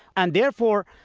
and therefore,